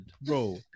bro